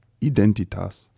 identitas